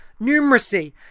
Numeracy